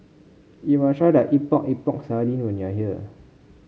you must try the Epok Epok Sardin when you are here